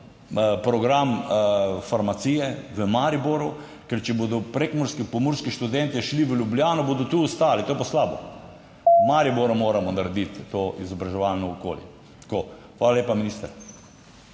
program farmacije v Mariboru. Ker če bodo prekmurski, pomurski študentje šli v Ljubljano, bodo tu ostali, to je pa slabo. V Mariboru moramo narediti to izobraževalno okolje tako. Hvala lepa minister.